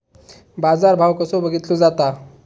बाजार भाव कसो बघीतलो जाता?